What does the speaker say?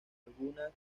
algunas